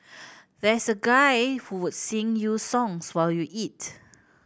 there's a guy who would sing you songs while you eat